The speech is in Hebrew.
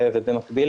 במקביל,